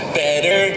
better